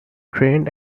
trained